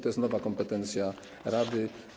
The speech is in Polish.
To jest nowa kompetencja rady.